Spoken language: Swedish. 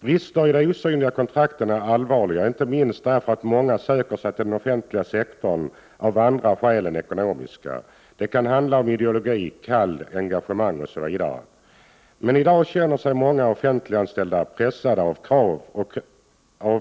Brister i de osynliga kontrakten är allvarliga, inte minst därför att många söker sig till den offentliga sektorn av andra skäl än ekonomiska. Det kan handla om ideologi, kall, engagemang osv. Men i dag känner sig många offentliganställda pressade av